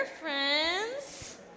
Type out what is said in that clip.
friends